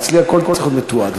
אצלי הכול צריך להיות מתועד.